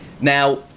Now